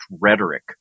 rhetoric